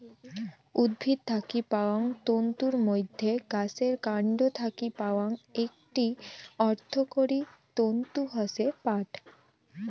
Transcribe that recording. উদ্ভিদ থাকি পাওয়াং তন্তুর মইধ্যে গাছের কান্ড থাকি পাওয়াং একটি অর্থকরী তন্তু হসে পাট